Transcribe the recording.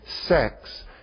sex